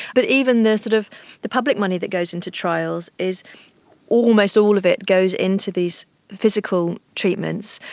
but even the sort of the public money that goes into trials is almost all of it goes into these physical treatments.